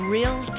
Real